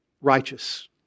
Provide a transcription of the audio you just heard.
righteous